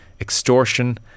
extortion